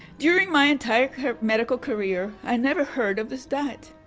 during my entire medical career, i never heard of this diet.